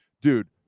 Dude